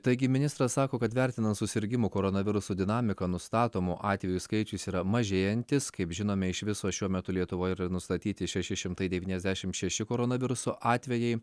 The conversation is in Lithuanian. taigi ministras sako kad vertinant susirgimų koronavirusu dinamiką nustatomų atvejų skaičius yra mažėjantis kaip žinome iš viso šiuo metu lietuvoje yra nustatyti šeši šimtai devyniasdešim šeši koronaviruso atvejai